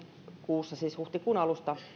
kuussa siis huhtikuun alusta